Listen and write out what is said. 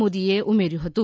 મોદીએ ઉમેર્યુ હતુ